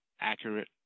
accurate